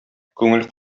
күңел